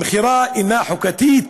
המכירה אינה חוקתית,